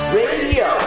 radio